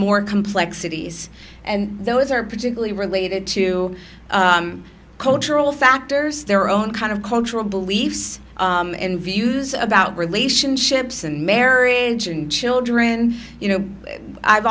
more complexities and those are particularly related to cultural factors their own kind of cultural beliefs and views about relationships and marriage and children you know i've